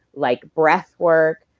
like breath work,